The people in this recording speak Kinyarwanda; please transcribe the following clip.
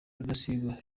rudasingwa